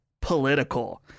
political